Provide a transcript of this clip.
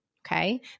okay